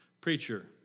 preacher